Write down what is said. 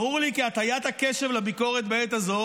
ברור לי כי הטיית הקשב לביקורת בעת הזו